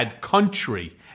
country